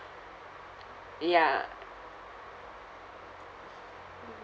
ya